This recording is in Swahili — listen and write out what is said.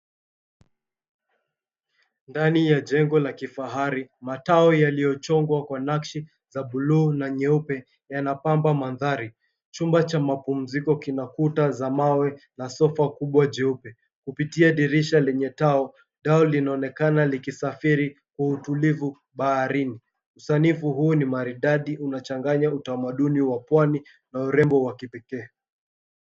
Ndani ya jengo la kifahari, matao yaliyochongwa kwa nakshi za buluu na nyeupe yanapamba mandhari. Chumba cha mapumziko kina kuta za mawe na sofa kubwa jeupe. Kupitia dirisha lenye tao, dau linaonekana likisafiri kwa utulivu baharini. Usanifu huu ni maridadi, unachanganya utamaduni wa Pwani na urembo wa kipekee.